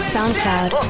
SoundCloud